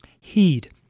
heed